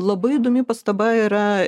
labai įdomi pastaba yra